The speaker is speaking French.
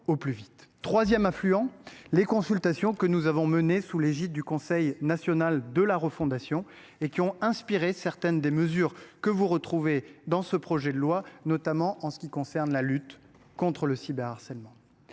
troisième affluent, ce sont les consultations citoyennes qui ont été menées sous l’égide du Conseil national de la refondation, et qui ont inspiré certaines des mesures de ce projet de loi, notamment en ce qui concerne la lutte contre le cyberharcèlement.